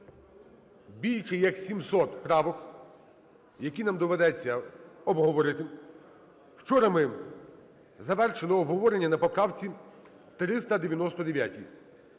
більш як 700 правок, які нам доведеться обговорити. Вчора ми завершили обговорення на поправці 399-й.